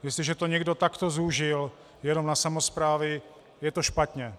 Jestliže to někdo takto zúžil jenom na samosprávy, je to špatně.